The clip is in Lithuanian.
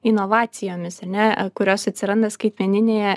inovacijomis ar ne kurios atsiranda skaitmeninėje